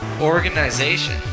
organization